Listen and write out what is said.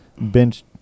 bench